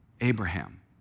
Abraham